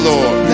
Lord